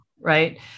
right